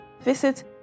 visit